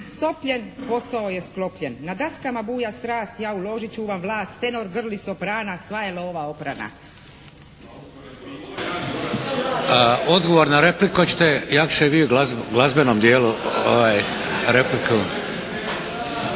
stopljen posao je sklopljen. Na daskama buja strast ja u loži čuvam vlast. Tenor grli soprana sva je lova oprana.". **Šeks, Vladimir (HDZ)** Odgovor na repliku. Hoćete Jakša i vi u glazbenom dijelu repliku?